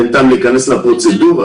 אין טעם להיכנס לפרוצדורה,